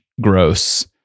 gross